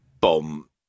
bomb